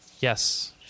Yes